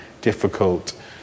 difficult